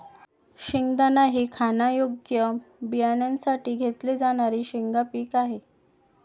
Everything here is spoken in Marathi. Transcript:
शेंगदाणा हे खाण्यायोग्य बियाण्यांसाठी घेतले जाणारे शेंगा पीक आहे